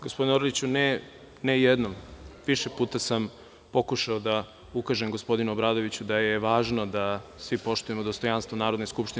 Gospodine Orliću, ne jednom, više puta sam pokušao da ukažem gospodinu Obradoviću da je važno da svi poštujemo dostojanstvo Narodne skupštine.